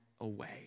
away